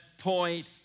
point